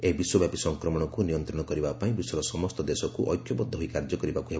ଏହି ବିଶ୍ୱବ୍ୟାପୀ ସଂକ୍ରମଣକୁ ନିୟନ୍ତ୍ରଣ କରିବା ପାଇଁ ବିଶ୍ୱର ସମସ୍ତ ଦେଶକୂ ଏକ୍ୟବଦ୍ଧ ହୋଇ କାର୍ଯ୍ୟ କରିବାକୂ ହେବ